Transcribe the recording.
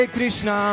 Krishna